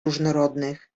różnorodnych